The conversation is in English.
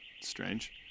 Strange